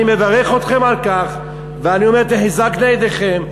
אני מברך אתכם על כך, ואני אומר, תחזקנה ידיכם.